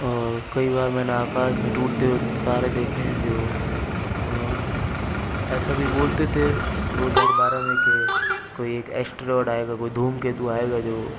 और कई बार मैंने आकाश में टूटते हुए तारे देखें हैं जो और ऐसा भी बोलते थे दो हज़ार बारह में कि कोई एक एस्टेरोड आयेगा कोई धूमकेतु आयेगा जो